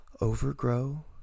overgrow